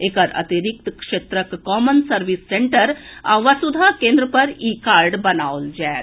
एकर अतिरिक्त क्षेत्रक common service centre आ वसूधा केंद्र पर ई कार्ड बनाओल जाएत